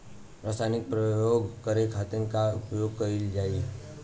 रसायनिक प्रयोग करे खातिर का उपयोग कईल जाइ?